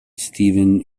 stephen